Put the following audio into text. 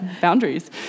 boundaries